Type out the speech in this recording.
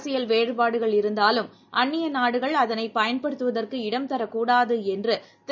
அரசியல் வேறுபாடுகள் இருந்தாலும் அந்நியநாடுகள் அதனைப் பயன்படுத்துவதற்கு இடம் தரக் கூடாதுஎன்றுதிரு